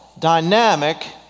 Dynamic